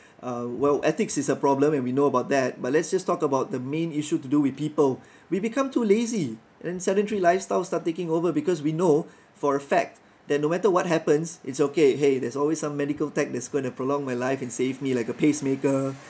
uh ethics is a problem and we know about that but let's just talk about the main issue to do with people we become too lazy and sedentary lifestyles start taking over because we know for a fact that no matter what happens it's okay !hey! there's always some medical tech that's going to prolong my life and save me like a pacemaker